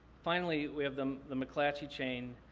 finally, we have them the mcclatchy chain,